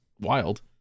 wild